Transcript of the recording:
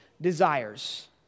desires